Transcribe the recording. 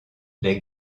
les